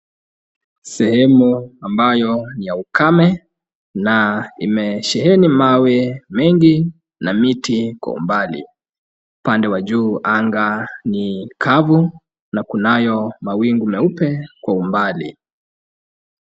Sehemu ambayo ni ya ukame na imesheheni mawe mengi na miti kwa umbali. Upande wa juu anga ni kavu na kunayo mawingu meupe kwa umbali.